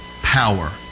power